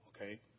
okay